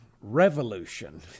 revolution